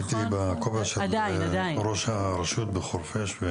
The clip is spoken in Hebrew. כאשר הייתי בכובע של ראש הרשות בחורפיש.